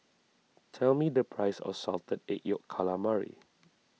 tell me the price of Salted Egg Yolk Calamari